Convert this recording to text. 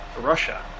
Russia